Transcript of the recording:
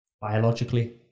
biologically